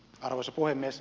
arvoisa puhemies